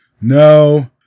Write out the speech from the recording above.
No